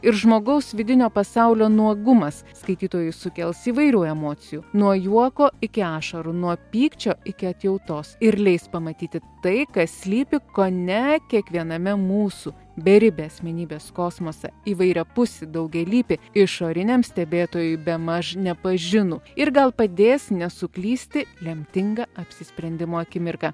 ir žmogaus vidinio pasaulio nuogumas skaitytojui sukels įvairių emocijų nuo juoko iki ašarų nuo pykčio iki atjautos ir leis pamatyti tai kas slypi kone kiekviename mūsų beribė asmenybės kosmose įvairiapusį daugialypį išoriniam stebėtojui bemaž nepažinų ir gal padės nesuklysti lemtingą apsisprendimo akimirką